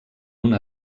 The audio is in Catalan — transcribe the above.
una